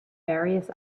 various